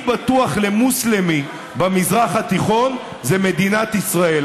בטוח למוסלמי במזרח התיכון זה מדינת ישראל.